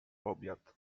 obiad